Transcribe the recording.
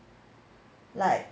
like